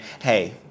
Hey